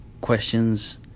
questions